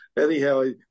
anyhow